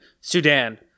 Sudan